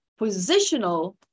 positional